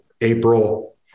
April